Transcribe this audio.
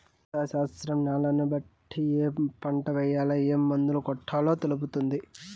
వ్యవసాయ శాస్త్రం న్యాలను బట్టి ఏ పంట ఏయాల, ఏం మందు కొట్టాలో తెలుపుతుంది